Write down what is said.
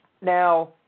Now